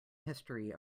history